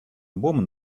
woman